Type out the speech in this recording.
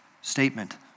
statement